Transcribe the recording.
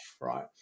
right